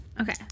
okay